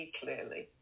clearly